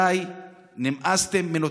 די, נמאסתם, מנותקים.